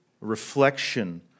reflection